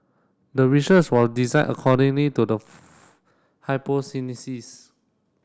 the research was designed accordingly to the